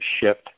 shift